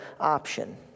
option